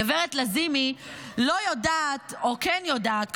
גב' לזימי לא יודעת או כן יודעת,